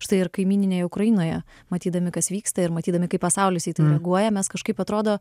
štai ir kaimyninėj ukrainoje matydami kas vyksta ir matydami kaip pasaulis į tai reaguoja mes kažkaip atrodo